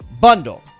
bundle